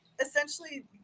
essentially